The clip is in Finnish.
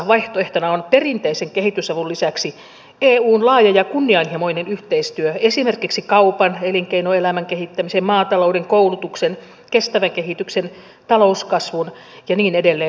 vaihtoehtona on perinteisen kehitysavun lisäksi eun laaja ja kunnianhimoinen yhteistyö esimerkiksi kaupan elinkeinoelämän kehittämisen maatalouden koulutuksen kestävän kehityksen talouskasvun ja niin edelleen saroilla